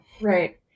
right